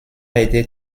été